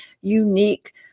unique